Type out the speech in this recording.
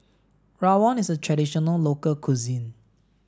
Rawon is a traditional local cuisine